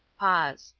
pause.